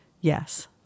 Yes